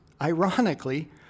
ironically